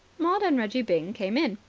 maud and reggie byng came in.